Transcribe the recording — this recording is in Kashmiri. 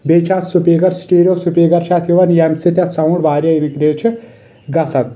بییٚہِ چھِ اتھ سُپیکر سٹیرِیو سُپیکر چھِ اتھ یِوان ییٚمہِ سۭتۍ اتھ سَونٛڈ واراہ رٕکرے چھِ گژھان